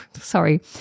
sorry